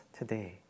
today